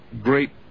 great